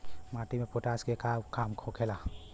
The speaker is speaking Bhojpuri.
माटी में पोटाश के का काम होखेला?